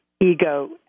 ego